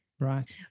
right